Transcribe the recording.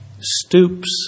Stoops